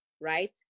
right